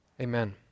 amen